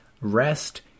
Rest